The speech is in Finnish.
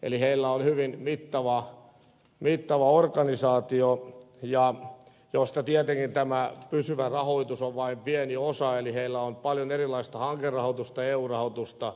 monika naisilla on hyvin mittava organisaatio ja tietenkin tämä pysyvä rahoitus kattaa vain pienen osan toiminnasta eli järjestöllä on paljon erilaista hankerahoitusta eu rahoitusta monenlaista